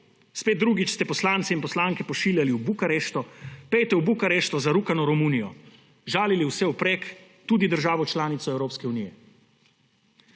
Spet drugič ste poslanke in poslance pošiljali v Bukarešto: »Pojdite v Bukarešto, zarukano Romunijo!« žalili vsevprek, tudi državo članico Evropske unije.